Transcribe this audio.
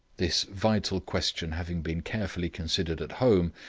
this vital question having been carefully considered at home,